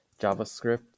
JavaScript